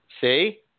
See